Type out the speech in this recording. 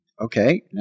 okay